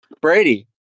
Brady